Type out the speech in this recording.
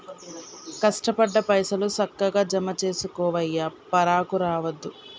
కష్టపడ్డ పైసలు, సక్కగ జమజేసుకోవయ్యా, పరాకు రావద్దు